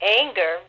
anger